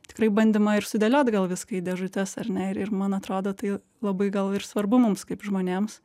tikrai bandymą ir sudėliot gal viską į dėžutes ar ne ir ir man atrodo tai labai gal ir svarbu mums kaip žmonėms